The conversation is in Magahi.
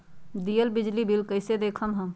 दियल बिजली बिल कइसे देखम हम?